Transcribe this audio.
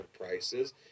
prices